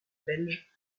belge